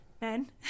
men